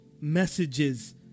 messages